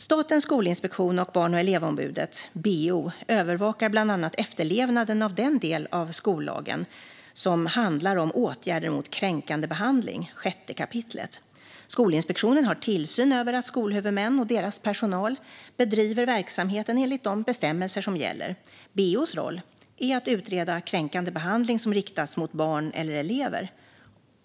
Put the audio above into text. Statens skolinspektion och Barn och elevombudet, BEO, övervakar bland annat efterlevnaden av den del av skollagen som handlar om åtgärder mot kränkande behandling, 6 kap. Skolinspektionen har tillsyn över att skolhuvudmän och deras personal bedriver verksamheten enligt de bestämmelser som gäller. BEO:s roll är att utreda kränkande behandling som riktats mot barn eller elever.